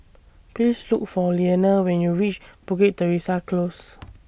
Please Look For Liana when YOU REACH Bukit Teresa Close